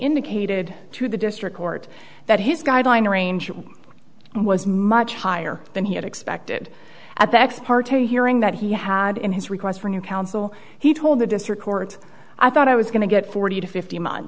indicated to the district court that his guideline range and was much higher than he had expected at the ex parte hearing that he had in his requests for new counsel he told the district court i thought i was going to get forty to fifty month